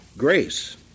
Grace